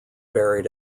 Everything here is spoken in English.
buried